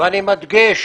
ואני מדגיש